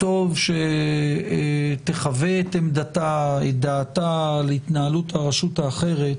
טוב שתחווה את עמדתה ודעתה על התנהלות הרשות האחרת,